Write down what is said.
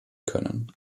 können